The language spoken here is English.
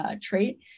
trait